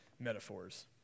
metaphors